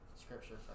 scripture